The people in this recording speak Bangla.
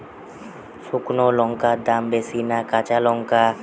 শুক্নো লঙ্কার দাম বেশি না কাঁচা লঙ্কার?